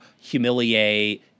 humiliate